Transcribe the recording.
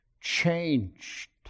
changed